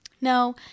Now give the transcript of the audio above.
no